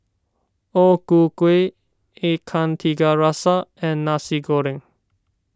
O Ku Kueh Ikan Tiga Rasa and Nasi Goreng